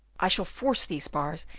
i shall force these bars,